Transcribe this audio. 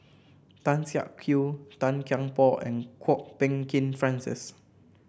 Tan Siak Kew Tan Kian Por and Kwok Peng Kin Francis